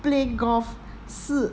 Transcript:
play golf 是